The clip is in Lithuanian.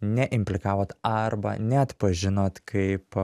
neimplikavot arba neatpažinot kaip